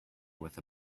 with